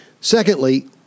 Secondly